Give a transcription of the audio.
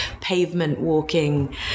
pavement-walking